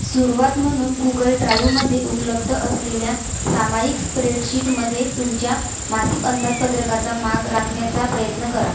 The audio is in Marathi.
सुरवात म्हणून गुगल ड्रायूमध्ये उपलब्द असलेल्या सामायिक स्प्रेडशीटमध्ये तुमच्या मासिक अंदाजपत्रकाचा माग राखण्याचा प्रयत्न करा